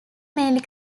mainly